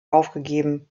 aufgegeben